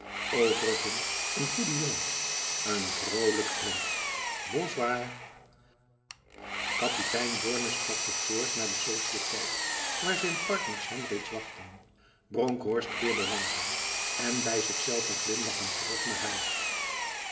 overigens n goeie jongen n vrolijke vent bonsoir kapitein borne stapte voort naar de sociëteit waar zijn partners hem reeds wachtten bronkhorst keerde langzaam en bij zichzelve glimlachend terug naar huis